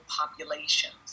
populations